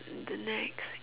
the next